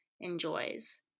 enjoys